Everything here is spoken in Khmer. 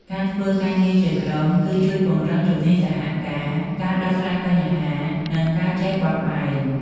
ការធ្វើការងារជាក្រុម គឺជួយពង្រឹងជំនាញសហការ ការដោះស្រាយបញ្ហា និងការចេះបត់បែន។